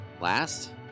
Last